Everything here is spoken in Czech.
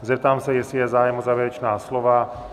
Zeptám se, jestli je zájem o závěrečná slova.